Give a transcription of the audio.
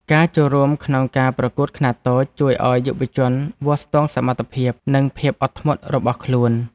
ការចូលរួមក្នុងការប្រកួតខ្នាតតូច ជួយឱ្យយុវជនវាស់ស្ទង់សមត្ថភាព និងភាពអត់ធ្មត់របស់ខ្លួន។